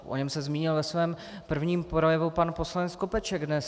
O něm se zmínil ve svém prvním projevu pan poslanec Skopeček dnes.